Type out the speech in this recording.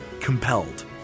Compelled